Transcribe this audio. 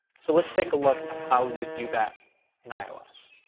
so let's take a look at how we would do that in ios.